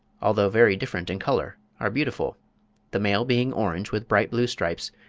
although very different in colour, are beautiful the male being orange with bright blue stripes,